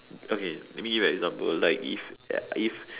okay let me give you an example like if uh if